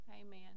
Amen